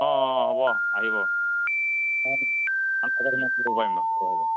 অ' অ' অ' হ'ব আহিব